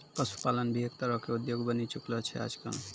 पशुपालन भी एक तरह के उद्योग बनी चुकलो छै आजकल